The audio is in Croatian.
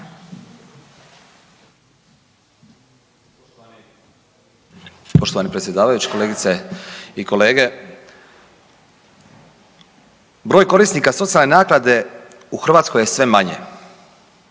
Poštovani predsjedavajući, kolegice i kolege broj korisnika socijalne naknade u Hrvatskoj je sve manje.